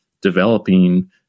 developing